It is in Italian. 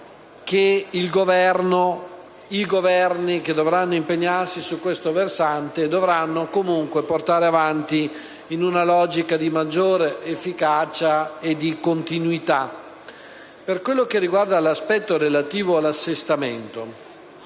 i Governi che dovranno impegnarsi su questo versante dovranno comunque portare avanti, in una logica di maggiore efficacia e di continuità. Per quanto concerne l'aspetto relativo all'assestamento,